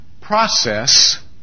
process